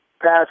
pass